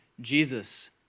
Jesus